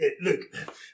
Look